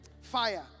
Fire